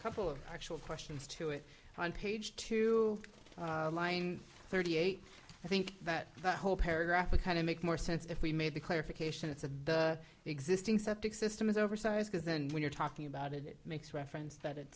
couple of actual questions to it on page two line thirty eight i think that the whole paragraph a kind of makes more sense if we made the clarification it's a the existing septic system is oversized because then when you're talking about it it makes reference that